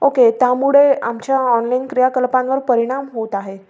okay त्यामुळे आमच्या online क्रियाकल्पांवर परिणाम होत आहे